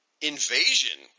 Invasion